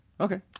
Okay